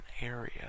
area